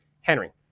Henry